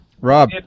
Rob